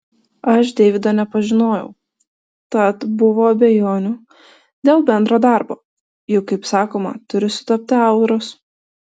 aš deivido nepažinojau tad buvo abejonių dėl bendro darbo juk kaip sakoma turi sutapti auros